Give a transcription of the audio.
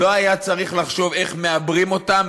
לא היה צריך לחשוב איך מעבְּרים אותה,